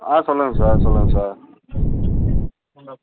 ஆ சொல்லுங்கள் சார் சொல்லுங்கள் சார்